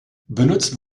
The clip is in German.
benutzt